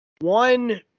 one